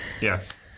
Yes